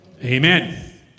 Amen